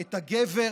הגבר,